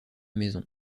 maison